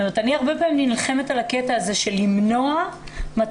אני הרבה פעמים נלחמת על הקטע הזה של מניעת מצבים